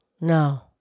No